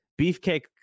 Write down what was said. Beefcake